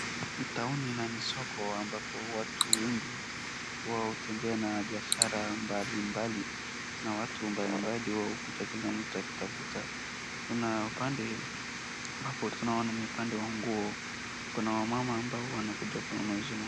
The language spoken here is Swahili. Hii taoni nani soko ambapo watu wengi huwatembea na biashara mbalimbali, na watu mbalimbali wao huja kila mtu akitafuta. Kuna upande ambapo tunaona ni pande wa nguo, kuna wa mama ambao wanakuja kununua hizo.